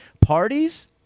parties